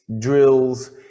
drills